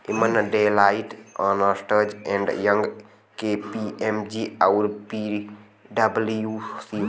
एमन Deloitte, Ernst and Young, KPMG आउर पी.डब्ल्यू.सी हौ